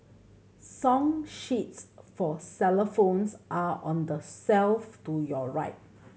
song sheets for xylophones are on the shelf to your right